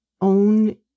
own